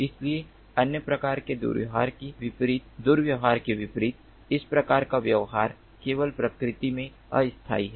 इसलिए अन्य प्रकार के दुर्व्यवहार के विपरीत इस प्रकार का व्यवहार केवल प्रकृति में अस्थायी है